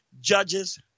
Judges